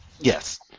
Yes